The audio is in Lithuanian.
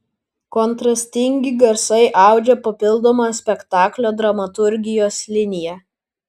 kontrastingi garsai audžia papildomą spektaklio dramaturgijos liniją